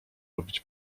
robić